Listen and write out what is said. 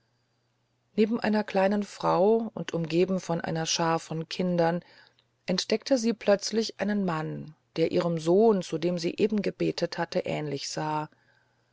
neben einer kleinen frau und umgeben von einer schar von kindern entdeckte sie plötzlich einen mann der ihrem sohn zu dem sie eben gebetet hatte ähnlich sah